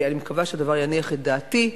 ואני מקווה שהדבר יניח את דעתי,